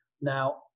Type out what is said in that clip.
Now